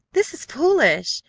this is foolish.